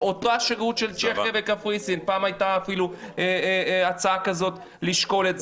ומצד שני גם אין להם אופציה לטוס לקפריסין ולצ'כיה.